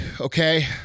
okay